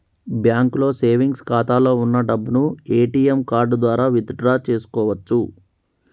బ్యాంకులో సేవెంగ్స్ ఖాతాలో వున్న డబ్బును ఏటీఎం కార్డు ద్వారా విత్ డ్రా చేసుకోవచ్చు